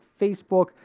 Facebook